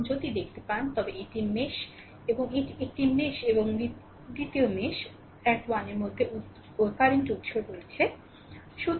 এবং যদি দেখতে পান তবে এটি মেশ এবং এটি 1 মেশ এবং 2 মেশ 1 এর মধ্যে কারেন্ট উত্স রয়েছে